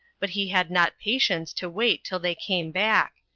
but he had not patience to wait till they came back,